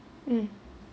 mm